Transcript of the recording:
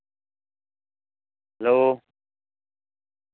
hello